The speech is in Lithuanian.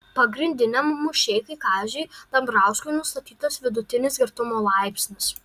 pagrindiniam mušeikai kaziui dambrauskui nustatytas vidutinis girtumo laipsnis